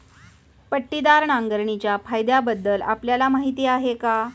पट्टीदार नांगरणीच्या फायद्यांबद्दल आपल्याला माहिती आहे का?